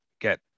get